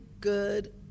good